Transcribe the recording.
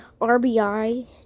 RBI